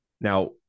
Now